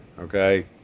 Okay